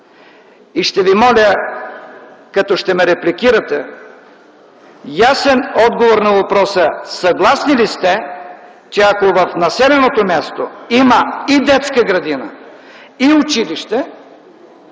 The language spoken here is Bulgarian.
Ще ви моля, ако ме репликирате, да получа ясен отговор на въпроса: съгласни ли сте, че ако в населеното място има и детска градина, и училище,